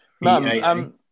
Mum